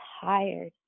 tired